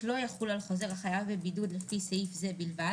על אף האמור בסעיף קטן (ט)